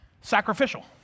Sacrificial